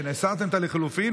הסרתם את לחלופין.